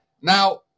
Now